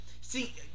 See